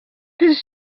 his